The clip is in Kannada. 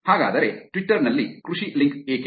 ಹಾಗಾದರೆ ಟ್ವಿಟರ್ ನಲ್ಲಿ ಕೃಷಿ ಲಿಂಕ್ ಏಕೆ